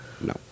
no